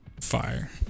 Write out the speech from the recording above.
Fire